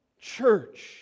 church